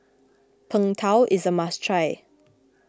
Png Tao is a must try